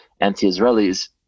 anti-israelis